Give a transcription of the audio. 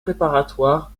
préparatoires